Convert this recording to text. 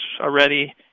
already